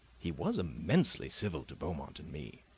he was immensely civil to beaumont and me,